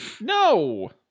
No